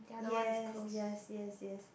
yes yes yes yes